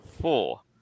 Four